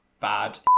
bad